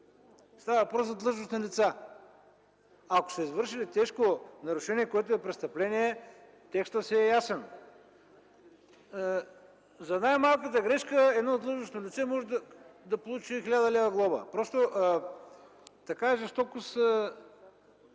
Става въпрос за длъжностни лица. Ако са извършили тежко нарушение, което е престъпление, текстът си е ясен. За най-малката грешка едно длъжностно лице може да получи 1000 лв. глоба. Просто такава жестокост